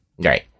right